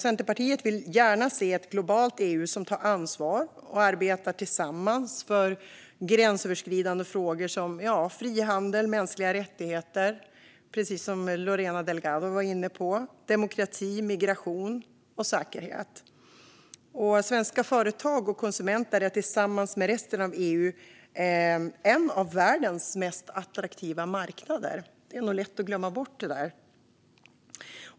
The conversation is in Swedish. Centerpartiet vill gärna se ett globalt EU som tar ansvar och arbetar tillsammans för gränsöverskridande frågor som frihandel, mänskliga rättigheter - precis som Lorena Delgado var inne på - demokrati, migration och säkerhet. Svenska företag och konsumenter är tillsammans med resten av EU en av världens mest attraktiva marknader. Det är lätt att glömma det.